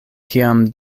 kiam